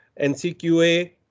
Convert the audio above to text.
NCQA